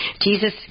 Jesus